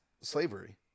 slavery